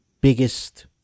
biggest